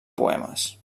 poemes